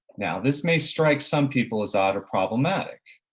now, this may strike some people as odd or problematic.